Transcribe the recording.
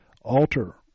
Alter